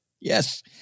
yes